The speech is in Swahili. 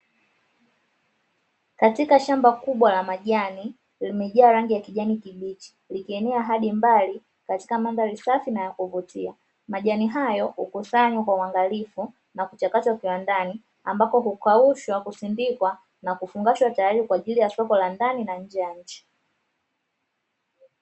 Katika shamba kubwa la majani limejaa rangi ya kijani kibichi likienea hadi mbali katika mandhari safi na ya kuvutia. Majani hayo hukusanywa kwa uangalifu na kuchakatwa kiwandani ambako hukaushwa, kusindikwa na kufungashwa tayari kwa soko la ndani na nje ya nchi.